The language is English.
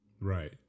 Right